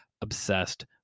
obsessed